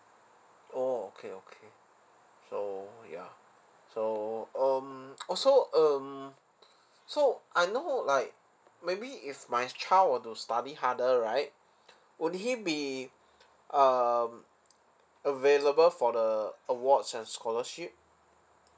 orh okay okay so ya so um also um so I know like maybe if my child were to study harder right would he be um available for the awards and scholarship